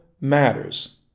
matters